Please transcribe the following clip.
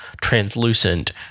translucent